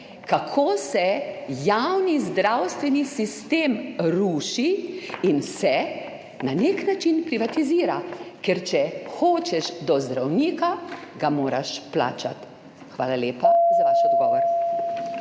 kako se javni zdravstveni sistem ruši in se na nek način privatizira. Ker če hočeš do zdravnika, ga moraš plačati. Hvala lepa za vaš odgovor.